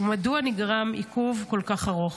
ומדוע נגרם עיכוב כל כך ארוך?